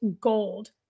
gold